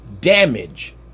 damage